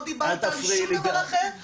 לא דיברת על שום דבר אחר,